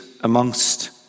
amongst